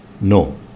no